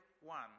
one